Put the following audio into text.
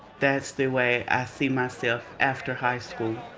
that's the way i see myself after high school.